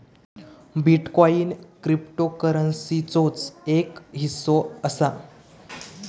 bitcoin क्रिप्टोकरंसीचोच एक हिस्सो असा